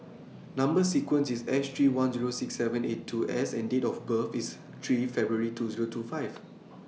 Number sequence IS S three one Zero six seven eight two S and Date of birth IS three February two Zero two five